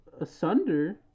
Asunder